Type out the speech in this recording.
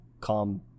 calm